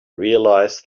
realized